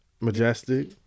Majestic